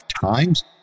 times